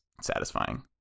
satisfying